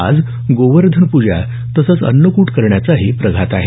आज गोवर्धन पूजा तसंच अन्नकूट करण्याचाही प्रघात आहे